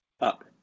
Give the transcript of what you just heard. up